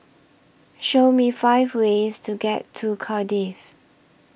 Show Me five ways to get to Cardiff